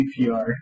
CPR